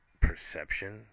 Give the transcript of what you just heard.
perception